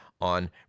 on